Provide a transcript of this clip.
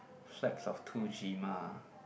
flags of two